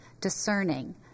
discerning